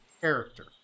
character